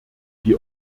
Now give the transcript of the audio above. die